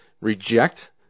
reject